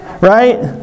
Right